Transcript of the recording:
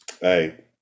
Hey